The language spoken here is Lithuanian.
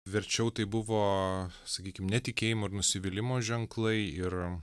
verčiau tai buvo sakykim netikėjimo ir nusivylimo ženklai ir